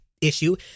issue